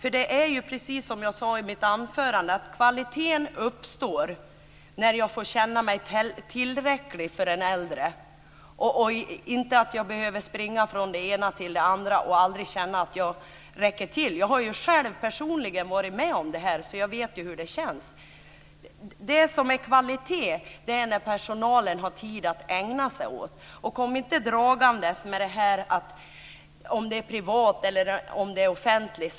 Precis som jag sade i mitt anförande är det nämligen så att kvaliteten uppstår när jag får känna mig tillräcklig för den äldre, och inte behöver springa från det ena till det andra och aldrig känna att jag räcker till. Jag har personligen varit med om detta, så jag vet hur det känns. Kvalitet är när personalen har tid att ägna sig åt de äldre. Kom inte dragandes med detta med privat eller offentligt!